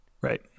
Right